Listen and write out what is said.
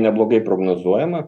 neblogai prognozuojama